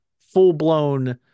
full-blown